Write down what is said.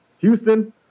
Houston